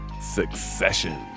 Succession